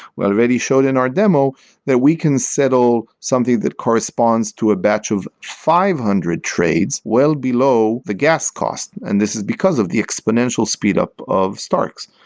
we already showed in our demo that we can settle something that corresponds to a batch of five hundred trades well below the guest cost, and this is because of the exponential speedup of starks.